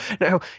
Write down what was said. now